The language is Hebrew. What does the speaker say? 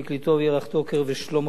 ירח טוקר ושלמה פולק.